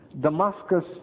Damascus